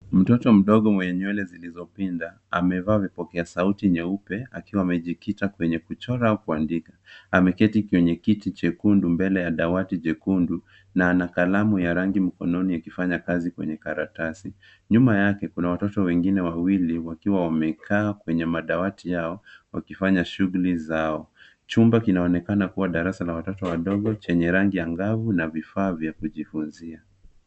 Mtoto mdogo mwenye nywele zilizopinda, amevaa vipokea sauti nyeupe akiwa amejikita kwenye kuchora au kuandika. Ameketi kwenye kiti chekundu, mbele ya dawati jekundu na ana kalamu ya rangi mkononi akifanya kazi kwenye karatasi. Nyuma yake kuna watoto wengine wawili, wakiwa wamekaa kwenye madawati yao, wakifanya shughuli zao. Chumba kinaonekana kuwa darasa la watoto wadogo chenye rangi ya angavu na vifaa vya kujifunzia.